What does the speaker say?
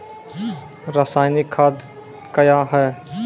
रसायनिक खाद कया हैं?